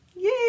Yay